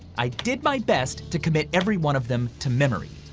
i did my best to commit every one of them to memory.